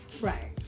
right